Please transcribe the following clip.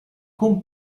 con